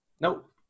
Nope